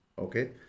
Okay